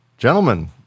Gentlemen